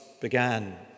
began